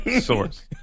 Source